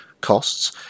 costs